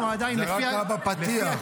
זה רק היה בפתיח.